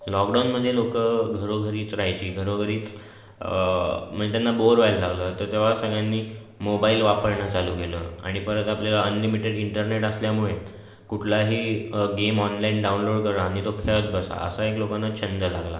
लॉकडाऊनमध्ये लोक घरोघरीच रहायचे घरोघरीच म्हणजे त्यांना बोर व्हायला लागलं तर तेव्हा सगळ्यांनी मोबाईल वापरणं चालू केलं आणि परत आपल्याला अनलिमिटेड इंटरनेट असल्यामुळे कुठलाही गेम ऑनलाईन डाउनलोड करा आणि तो खेळत बसा असा एक लोकांना छंद लागला